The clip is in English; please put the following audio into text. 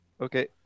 Okay